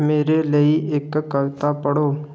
ਮੇਰੇ ਲਈ ਇੱਕ ਕਵਿਤਾ ਪੜ੍ਹੋ